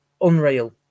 unreal